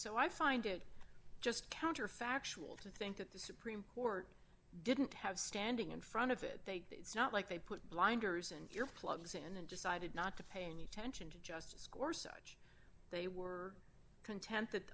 so i find it just counterfactual to think that the supreme court didn't have standing in front of it it's not like they put blinders and your plugs in and decided not to pay any attention to justice course such they were conte